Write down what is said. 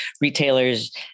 retailers